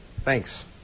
Thanks